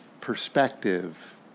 perspective